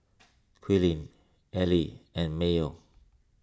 Quinn Allie and Mayo